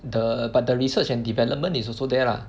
the but the research and development is also there lah